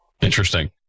Interesting